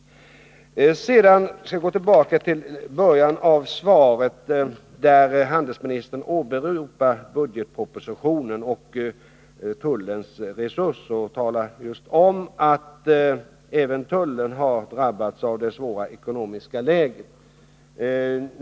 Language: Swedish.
Sedan skall jag gå tillbaka till början av svaret, där handelsministern åberopar budgetpropositionen och talar om just att tullens resurser har drabbats av det svåra ekonomiska läget.